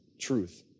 truth